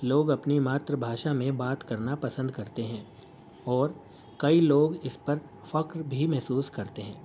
لوگ اپنی ماتر بھاشا میں بات کرنا پسند کرتے ہیں اور کئی لوگ اس پر فخر بھی محسوس کرتے ہیں